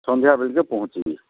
ସନ୍ଧ୍ୟାବେଲେକେ ପହଞ୍ଚିବି